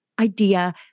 idea